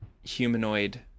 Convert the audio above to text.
humanoid